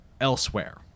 elsewhere